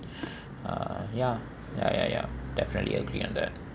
uh ya ya ya ya definitely agree on that